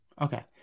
Okay